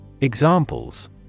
Examples